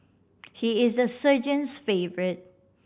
he is the sergeant's favourite